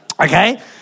okay